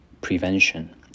prevention